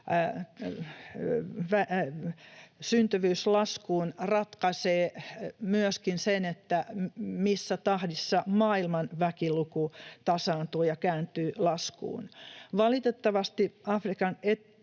syntyvyys laskuun, ratkaisee myöskin sen, missä tahdissa maailman väkiluku tasaantuu ja kääntyy laskuun. Valitettavasti Saharan